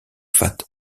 fat